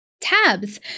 tabs